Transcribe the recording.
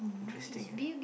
interesting ya